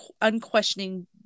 unquestioning